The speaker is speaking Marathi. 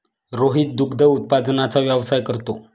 रोहित दुग्ध उत्पादनाचा व्यवसाय करतो